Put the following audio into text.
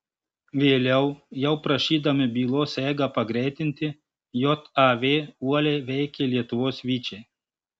vėliau jau prašydami bylos eigą pagreitinti jav uoliai veikė lietuvos vyčiai